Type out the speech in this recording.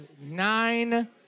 nine